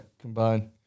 Combine